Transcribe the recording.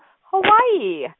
Hawaii